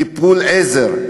טיפול-עזר,